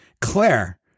Claire